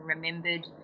remembered